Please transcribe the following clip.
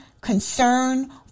concern